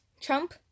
Trump